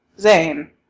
zane